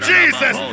Jesus